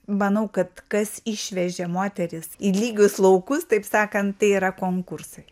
manau kad kas išvežė moteris į lygius laukus taip sakant tai yra konkursai